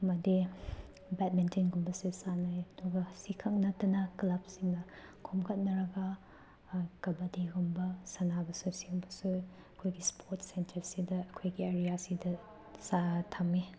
ꯑꯃꯗꯤ ꯕꯦꯠꯃꯤꯟꯇꯟꯒꯨꯝꯕꯁꯨ ꯁꯥꯟꯅꯩ ꯑꯗꯨꯒ ꯁꯤꯈꯛ ꯅꯠꯇꯅ ꯀ꯭ꯂꯞꯁꯤꯡꯅ ꯈꯣꯝꯒꯠꯅꯔꯒ ꯀꯕꯥꯇꯤꯒꯨꯝꯕ ꯁꯥꯟꯅꯕꯁꯨ ꯁꯤꯒꯨꯝꯕꯁꯨ ꯑꯩꯈꯣꯏꯒꯤ ꯁ꯭ꯄꯣꯔꯠ ꯁꯦꯟꯇꯔꯁꯤꯗ ꯑꯩꯈꯣꯏꯒꯤ ꯑꯦꯔꯤꯌꯥꯁꯤꯗ ꯊꯝꯃꯤ